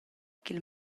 ch’il